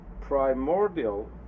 primordial